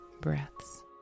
breaths